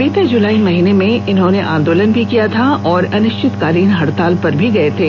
बीते जुलाई माह में इन्होंने आंदोलन भी किया था और अनिश्चितकालीन हड़ताल पर भी गये थे